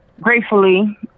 Gratefully